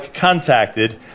contacted